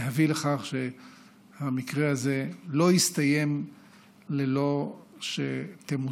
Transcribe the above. כדי להביא לכך שהמקרה הזה לא יסתיים ללא שתמוצה